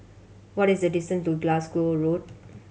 what is the distant to Glasgow Road